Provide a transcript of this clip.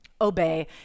obey